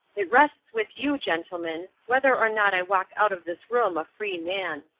it rests with you, gentlemen, whether or not i walk out of this room a free man.